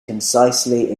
concisely